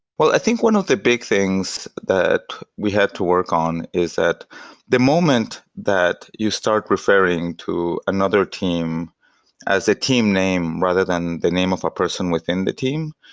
well, i think one of the big things that we had to work on is that the moment that you start referring to another team as a team name rather than the name of a person within the team,